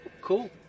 cool